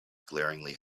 glaringly